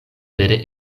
vere